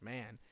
Man